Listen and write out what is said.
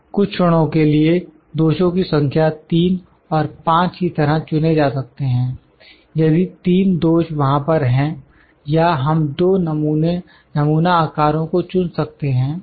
कुछ क्षणों के लिए दोषों की संख्या 3 और 5 की तरह चुने जा सकते हैं यदि 3 दोष वहां पर हैं या हम दो नमूना अकारो को चुन सकते हैं